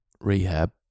rehab